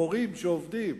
מורים שעובדים,